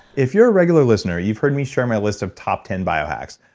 if you're a regular listener, you've heard me share my list of top ten biohacks.